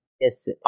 Yes